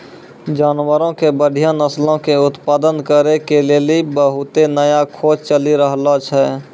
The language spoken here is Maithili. जानवरो के बढ़िया नस्लो के उत्पादन करै के लेली बहुते नया खोज चलि रहलो छै